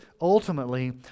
ultimately